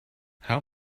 how